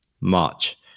March